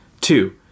Two